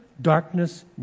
darkness